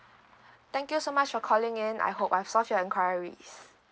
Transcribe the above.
thank you so much for calling in I hope I've solve your enquiries